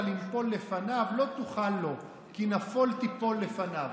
לִנְפֹּל לפניו לא תוכל לו כי נפול תפול לפניו".